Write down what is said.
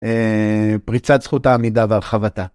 פריצת זכות העמידה והרחבתה.